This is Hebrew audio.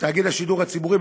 בתאגיד השידור הציבורי,